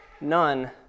none